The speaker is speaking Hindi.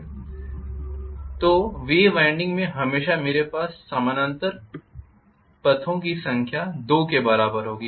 इसलिए वेव वाइंडिंग में हमेशा मेरे पास समानांतर पथों की संख्या 2 के बराबर होगी